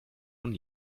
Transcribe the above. von